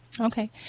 Okay